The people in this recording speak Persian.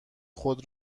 خود